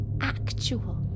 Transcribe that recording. actual